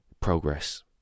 progress